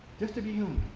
just to be human.